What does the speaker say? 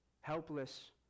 helpless